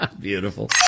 Beautiful